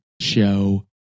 show